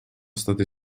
state